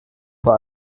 vor